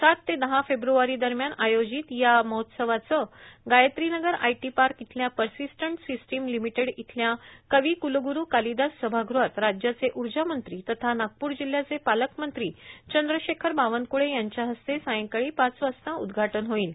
सात ते दहा फेब्रुवारीदरम्यान आयोजित ऑरेंज सिटी आंतरराष्ट्रीय चित्रपट महोत्सवाचं गायत्रीनगर आयटी पार्क इथल्या पर्सिस्टंट सिस्टिम लिमिटेड इथल्या कविक्लग्रुरू कालिदास सभागृहात राज्याचे ऊर्जामंत्री तथा नागपूर जिल्ह्याचे पालकमंत्री चंद्रशेखर बावनक्रुळे यांच्या हस्ते सायंकाळी पाच वाजता उद्घाटन होईल